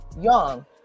young